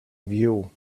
view